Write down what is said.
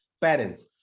parents